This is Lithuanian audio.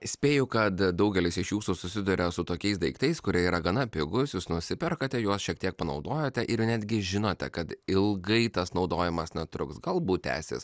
spėju kad daugelis iš jūsų susiduria su tokiais daiktais kurie yra gana pigus jūs nusiperkate juos šiek tiek panaudojote ir netgi žinote kad ilgai tas naudojimas na truks galbūt tęsis